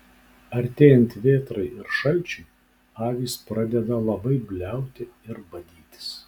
artėjant vėtrai ir šalčiui avys pradeda labai bliauti ir badytis